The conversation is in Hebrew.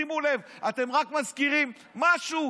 שימו לב, אתם רק מזכירים משהו,